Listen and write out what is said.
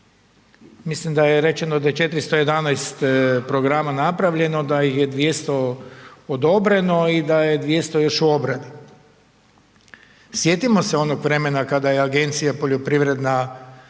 Mislim da je rečeno da je 411 programa napravljeno da ih je 200 odobreno i da je 200 još u obradi. Sjetimo se onog vremena kada je Poljoprivredna